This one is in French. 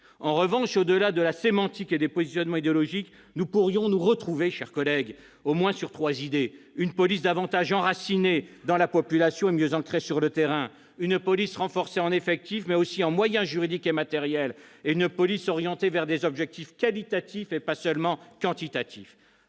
En revanche, au-delà de la sémantique et des positionnements idéologiques, nous pourrions nous retrouver, chers collègues, sur trois idées : d'abord, une police davantage enracinée dans la population et mieux ancrée sur le terrain ; ensuite, une police renforcée en effectifs, mais aussi en moyens juridiques et matériels ; enfin, une police orientée vers des objectifs qualitatifs et non seulement quantitatifs.